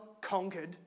conquered